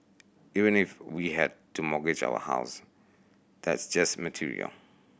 even if we had to mortgage our house that's just material